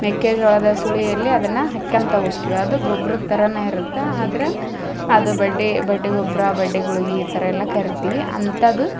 ಮೆಕ್ಕೆಜೋಳದ ಸುಳಿ ಇರಲಿ ಅದನ್ನ ಹೆಕ್ಕಂತ ಹೋಕ್ಕಿವಿ ಅದು ಗೊಬ್ರದ ಥರಾನೇ ಇರುತ್ತೆ ಆದರೆ ಅದು ಬಡ್ಡೆ ಬಡ್ಡೆ ಗೊಬ್ಬರ ಬಡ್ಡೆ ಗುಳಿಗಿ ಈ ಥರ ಎಲ್ಲ ಕರಿತೀವಿ ಅಂಥದು